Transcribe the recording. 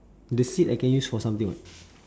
the seed I can use for something [what]